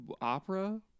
opera